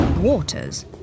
Waters